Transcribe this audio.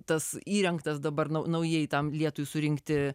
tas įrengtas dabar naujai tam lietui surinkti